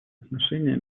отношения